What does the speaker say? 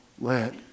let